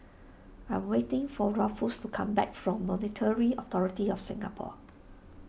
I am waiting for Ruffus to come back from Monetary Authority of Singapore